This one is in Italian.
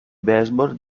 baseball